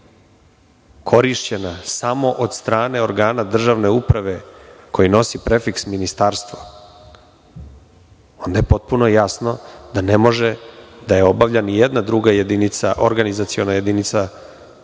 korišćena samo od strane organa državne uprave koji nosi prefiks ministarstva, onda je potpuno jasno da ne može da je obavlja ni jedna druga jedinica, organizaciona jedinica